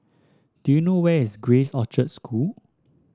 do you know where is Grace Orchard School